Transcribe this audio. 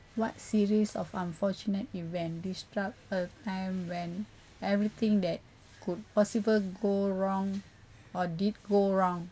what series of unfortunate event describe a time when everything that could possible go wrong or did go wrong